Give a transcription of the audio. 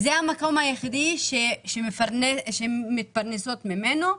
זה המקום היחידי שהן מתפרנסות ממנו.